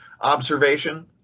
observation